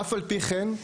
אף על פי כן,